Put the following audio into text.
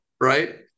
Right